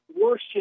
worship